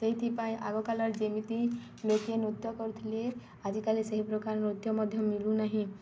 ସେଇଥିପାଇଁ ଆଗ କାଳରେ ଯେମିତି ଲେଖେ ନୃତ୍ୟ କରୁଥିଲେ ଆଜିକାଲି ସେହି ପ୍ରକାର ନୃତ୍ୟ ମଧ୍ୟ ମିଳୁନାହିଁ